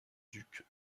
duc